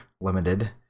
limited